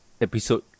episode